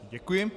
Děkuji.